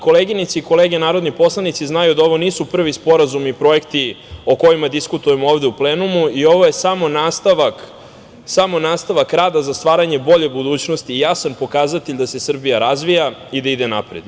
Koleginice i kolege narodni poslanici znaju da ovo nisu prvi sporazumi i projekti o kojima diskutujemo ovde u plenumu, ovo je samo nastavak rada za stvaranje bolje budućnosti i jasan pokazatelj da se Srbija razvija i da ide napred.